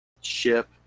ship